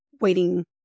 waiting